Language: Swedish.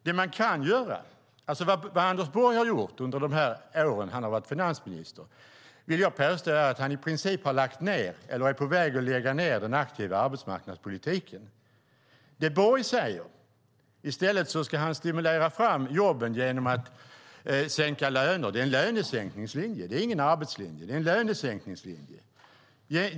Det Anders Borg har gjort under de år han har varit finansminister vill jag påstå i princip är att han har lagt ned eller är på väg att lägga ned den aktiva arbetsmarknadspolitiken. Det Borg säger är att han i stället ska stimulera fram jobben genom att sänka löner. Det är en lönesänkningslinje. Det är ingen arbetslinje; det är en lönesänkningslinje.